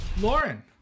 Lauren